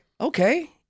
okay